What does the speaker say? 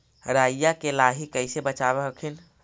राईया के लाहि कैसे बचाब हखिन?